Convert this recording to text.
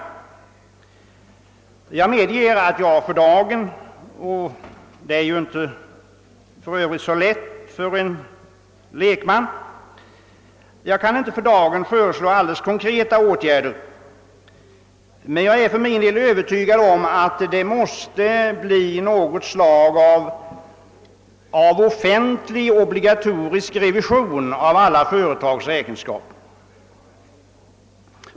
Jag medger att jag inte för dagen — och det är ju för övrigt inte så lätt för en lekman — kan föreslå konkreta åtgärder. Men jag är för min del övertygad om att det måste bli något slag av offentlig obligatorisk revision av alla företags räkenskaper.